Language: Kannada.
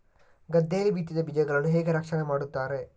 ಗದ್ದೆಯಲ್ಲಿ ಬಿತ್ತಿದ ಬೀಜಗಳನ್ನು ಹೇಗೆ ರಕ್ಷಣೆ ಮಾಡುತ್ತಾರೆ?